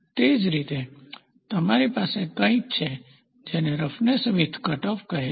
તેથી તે જ રીતે તમારી પાસે પણ કંઈક છે જેને રફનેસ વીથ કટઓફ કહે છે